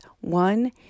one